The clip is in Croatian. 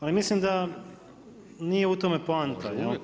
Ali, mislim da nije u tome poanta.